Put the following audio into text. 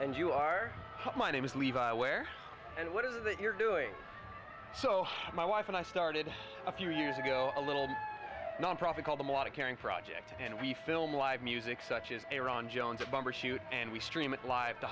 and you are my name is levi aware and what is it that you're doing so my wife and i started a few years ago a little nonprofit called them a lot of caring project and we film live music such as iran jones at bumbershoot and we stream it live to